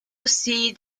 aussi